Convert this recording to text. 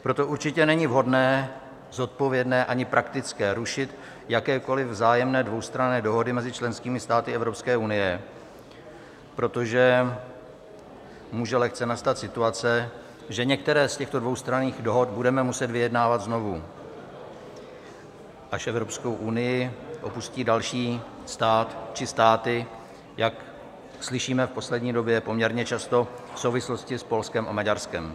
Proto určitě není vhodné, zodpovědné ani praktické, rušit jakékoliv vzájemné dvoustranné dohody mezi členskými státy Evropské unie, protože může nastat lehce situace, že některé z těchto dvoustranných dohod budeme muset vyjednávat znovu, až Evropskou unii opustí další stát či státy, jak slyšíme v poslední době poměrně často v souvislosti s Polskem a Maďarskem.